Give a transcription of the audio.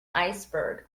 iceberg